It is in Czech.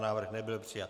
Návrh nebyl přijat.